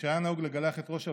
כשהיה נהוג לגלח את ראש הבנים,